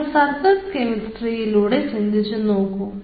നിങ്ങൾ സർഫസ് കെമിസ്ട്രിയിലൂടെ ചിന്തിച്ചുനോക്കൂ